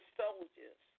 soldiers